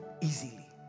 easily